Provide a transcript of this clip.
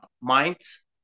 minds